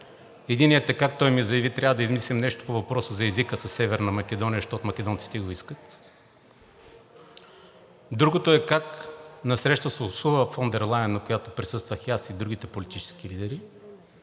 Единият е как той ми заяви: трябва да измислим нещо по въпроса за езика със Северна Македония, защото македонците го искат. Другото е как на среща с Урсула фон дер Лайен, на която присъствах аз и другите политически лидери,